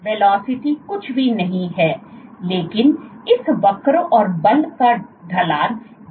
तो वेलोसिटी कुछ भी नहीं है लेकिन इस वक्र और बल का ढलान k गुणा d है